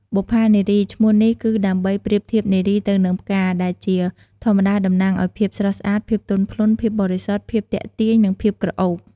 បុប្ផានារី ឈ្មោះនេះគឺដើម្បីប្រៀបធៀបនារីទៅនឹងផ្កា ដែលជាធម្មតាតំណាងឱ្យភាពស្រស់ស្អាត ភាពទន់ភ្លន់ ភាពបរិសុទ្ធ ភាពទាក់ទាញ និងភាពក្រអូប។